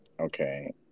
okay